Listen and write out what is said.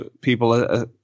people